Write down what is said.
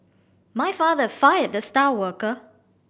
my father fired the star worker